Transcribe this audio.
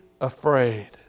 afraid